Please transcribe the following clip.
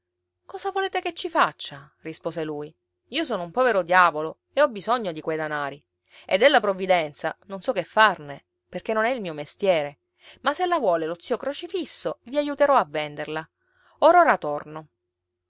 cosa volete che ci faccia rispose lui io sono un povero diavolo e ho bisogno di quei denari e della provvidenza non so che farne perché non è il mio mestiere ma se la vuole lo zio crocifisso vi aiuterò a venderla or ora torno